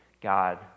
God